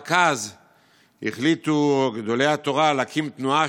רק אז החליטו גדולי התורה להקים תנועה